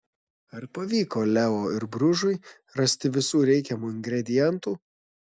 ar pavyko leo ir bružui rasti visų reikiamų ingredientų